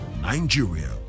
Nigeria